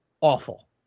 awful